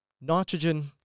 nitrogen